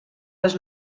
les